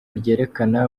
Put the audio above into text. ryerekana